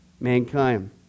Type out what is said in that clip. mankind